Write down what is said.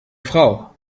frau